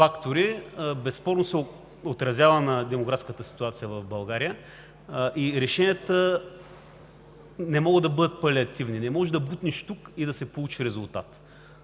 безспорно се отразява на демографската ситуация в България и решенията не могат да бъдат палиативни. Не можеш да бутнеш тук и да се получи резултат.